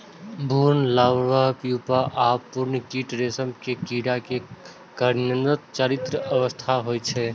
भ्रूण, larva, pupa आ पूर्ण कीट रेशम के कीड़ा के कायांतरणक चारि अवस्था होइ छै